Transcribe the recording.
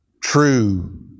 true